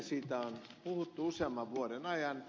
siitä on puhuttu useamman vuoden ajan